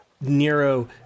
Nero